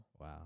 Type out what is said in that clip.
Wow